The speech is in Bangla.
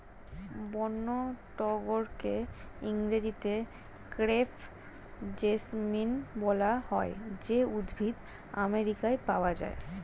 বন্য টগরকে ইংরেজিতে ক্রেপ জেসমিন বলা হয় যে উদ্ভিদ আমেরিকায় পাওয়া যায়